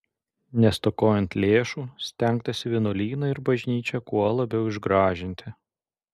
nestokojant lėšų stengtasi vienuolyną ir bažnyčią kuo labiau išgražinti